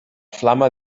flama